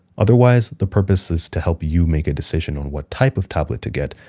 otherwise, the purpose is to help you make a decision on what type of tablet to get,